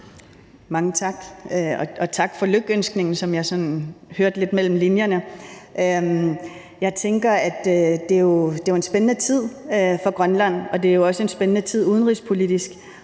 Mange tak, og tak for lykønskningen, som jeg sådan hørte lidt mellem linjerne. Jeg tænker, at det jo er en spændende tid for Grønland, og det er også en spændende tid udenrigspolitisk.